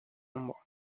nombres